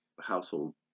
household